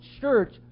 church